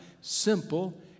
simple